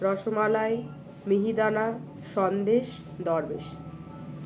রসমালাই মিহিদানা সন্দেশ দরবেশ